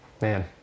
Man